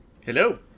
Hello